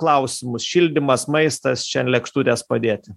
klausimus šildymas maistas čia ant lėkštutės padėti